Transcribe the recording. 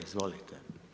Izvolite.